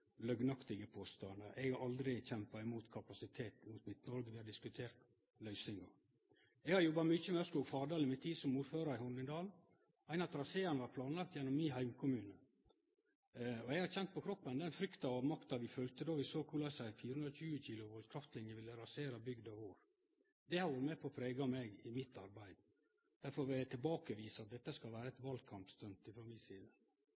løgnaktige påstandar. Eg har aldri kjempa mot kapasitet inn mot Midt-Noreg. Vi har diskutert løysinga. Eg har jobba mykje med Ørskog–Fardal i mi tid som ordførar i Hornindal. Ein av traseane var planlagd gjennom min heimkommune. Eg har kjent frykta og avmakta på kroppen då vi såg korleis ei 420 kV kraftlinje ville rasere bygda vår. Det har òg vore med på å prege meg i mitt arbeid. Derfor vil eg tilbakevise at dette skal vere eit valkampstunt frå mi side.